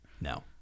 No